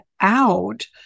out